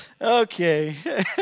Okay